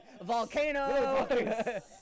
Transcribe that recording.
Volcano